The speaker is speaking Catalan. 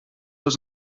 els